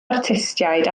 artistiaid